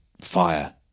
fire